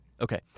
Okay